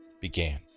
began